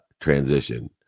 transition